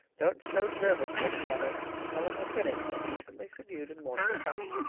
don't show jervis this letter, but tell him what's in it in a decently subdued and mournful fashion.